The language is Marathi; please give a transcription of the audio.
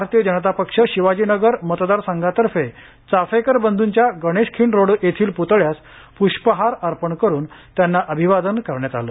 भारतीय जनता पार्टी शिवाजीनगर मतदार संघातर्फे चाफेकर बंधूच्या गणेशखिंड रोड येथील प्तळ्यास प्ष्पहार अर्पण करून अभिवादन करण्यात आले